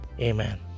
Amen